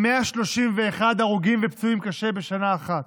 ל-131 הרוגים ופצועים קשה בשנה אחת.